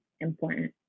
important